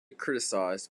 criticized